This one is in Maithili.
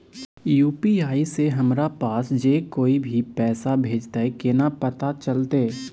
यु.पी.आई से हमरा पास जे कोय भी पैसा भेजतय केना पता चलते?